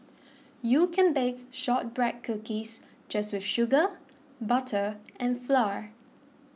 you can bake Shortbread Cookies just with sugar butter and flour